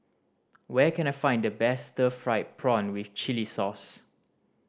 where can I find the best stir fried prawn with chili sauce